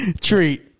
Treat